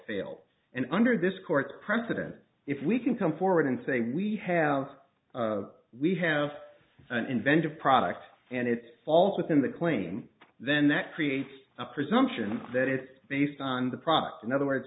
failed and under this court's precedent if we can come forward and say we have we have an inventive product and it falls within the claim then that creates a presumption that it's based on the product in other words